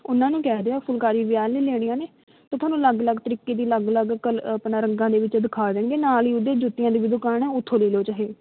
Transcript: ਉਹਨਾਂ ਨੂੰ ਕਹਿ ਦਿਓ ਫੁਲਕਾਰੀ ਵਿਆਹ ਲਈ ਲੈਣੀਆਂ ਨੇ ਅਤੇ ਤੁਹਾਨੂੰ ਅਲੱਗ ਅਲੱਗ ਤਰੀਕੇ ਦੀ ਅਲੱਗ ਅਲੱਗ ਕਲਰ ਆਪਣਾ ਰੰਗਾਂ ਦੇ ਵਿੱਚ ਦਿਖਾ ਦੇਣਗੇ ਨਾਲ਼ ਹੀ ਉਹਦੇ ਜੁੱਤੀਆਂ ਦੀ ਵੀ ਦੁਕਾਨ ਹੈ ਉੱਥੋਂ ਲੈ ਲਿਓ ਚਾਹੇ